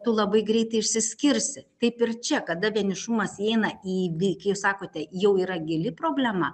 tu labai greitai išsiskirsi kaip ir čia kada vienišumas įeina į kai jūs sakote jau yra gili problema